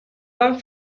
van